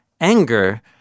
anger